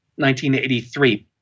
1983